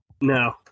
No